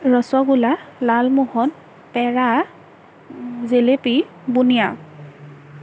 rasgulla lalmohan peda jalebi বুন্দিয়া